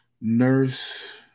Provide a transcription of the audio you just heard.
Nurse